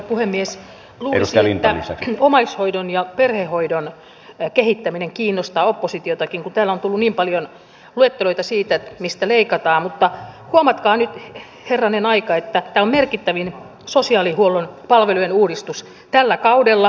luulisi että omaishoidon ja perhehoidon kehittäminen kiinnostaa oppositiotakin kun täällä on tullut niin paljon luetteloita siitä mistä leikataan mutta huomatkaa nyt herranen aika että tämä on merkittävin sosiaalihuollon palvelujen uudistus tällä kaudella